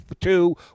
two